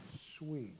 sweet